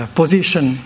position